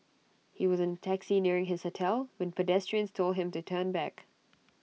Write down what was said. he was in taxi nearing his hotel when pedestrians told him to turn back